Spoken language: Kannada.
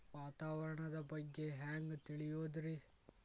ವಾತಾವರಣದ ಬಗ್ಗೆ ಹ್ಯಾಂಗ್ ತಿಳಿಯೋದ್ರಿ?